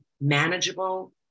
manageable